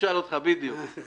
אז